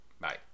Bye